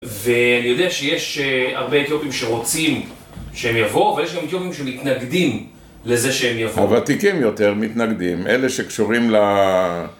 ואני יודע שיש הרבה איתיופים שרוצים שהם יבוא, אבל יש גם איתיופים שמתנגדים לזה שהם יבוא. הוותיקים יותר מתנגדים, אלה שקשורים ל...